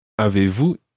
Avez-vous